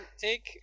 take